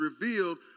revealed